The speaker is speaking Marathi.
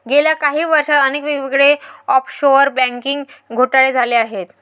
गेल्या काही वर्षांत अनेक वेगवेगळे ऑफशोअर बँकिंग घोटाळे झाले आहेत